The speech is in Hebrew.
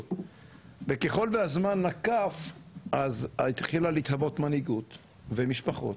וככול והזמן נקף אז התחילה להתהוות מנהיגות ומשפחות